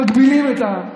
מגבילים את העם.